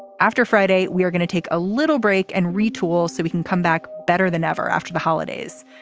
and after friday we are going to take a little break and retool so we can come back better than ever after the holidays.